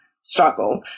struggle